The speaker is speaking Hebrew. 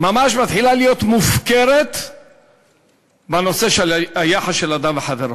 שממש מתחילה להיות מופקרת בנושא של היחס של אדם לחברו.